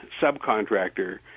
subcontractor